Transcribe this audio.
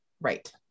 Right